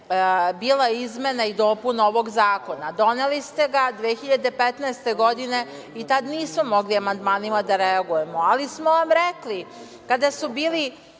bila izmena i dopuna ovog zakona. Doneli ste ga 2015. godine i tada nismo mogli amandmanima da reagujemo, ali smo vam rekli kada su bile